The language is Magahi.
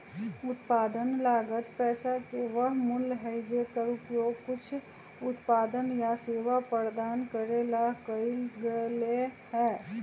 उत्पादन लागत पैसा के वह मूल्य हई जेकर उपयोग कुछ उत्पादन या सेवा प्रदान करे ला कइल गयले है